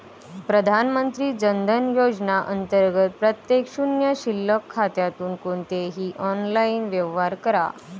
प्रधानमंत्री जन धन योजना अंतर्गत प्रत्येक शून्य शिल्लक खात्यातून कोणतेही ऑनलाइन व्यवहार करा